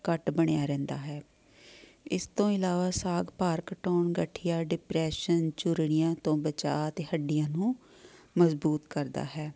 ਘੱਟ ਬਣਿਆ ਰਹਿੰਦਾ ਹੈ ਇਸ ਤੋਂ ਇਲਾਵਾ ਸਾਗ ਭਾਰ ਘਟਾਉਣ ਗਠੀਆ ਡਿਪਰੈਸ਼ਨ ਝੁਰੜੀਆਂ ਤੋਂ ਬਚਾ ਅਤੇ ਹੱਡੀਆਂ ਨੂੰ ਮਜ਼ਬੂਤ ਕਰਦਾ ਹੈ